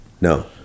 No